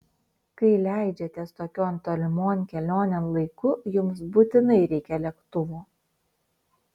kai leidžiatės tokion tolimon kelionėn laiku jums būtinai reikia lėktuvo